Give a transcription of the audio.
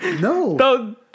No